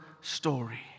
story